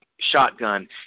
shotgun